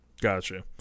Gotcha